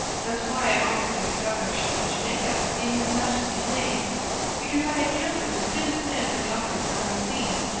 that's why i offer you the governorship of jamaica in his majesty's name because i account you the fittest man for the office that i have seen.